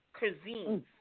cuisines